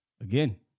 Again